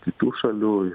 kitų šalių ir